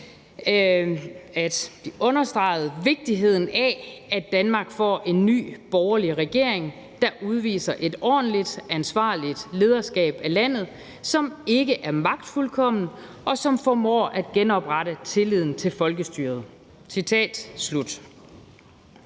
understreger vigtigheden af, at Danmark får en ny borgerlig regering, der udviser et ordentligt, ansvarligt lederskab af landet, som ikke er magtfuldkomment, og som formår at genoprette tilliden til folkestyret.«